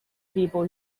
people